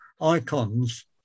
icons